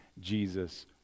Jesus